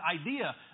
idea